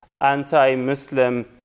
anti-Muslim